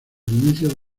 inicio